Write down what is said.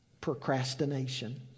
procrastination